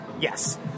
Yes